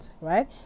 right